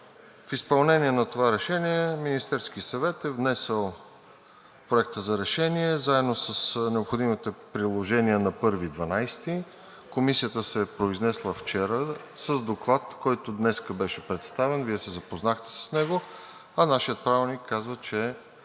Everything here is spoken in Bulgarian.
В изпълнение на това решение Министерският съвет е внесъл Проекта за решение, заедно с необходимите приложения на 1 декември, Комисията се е произнесла вчера с Доклад, който днес беше представен. Вие се запознахте с него, а нашият Правилник казва, че